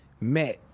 met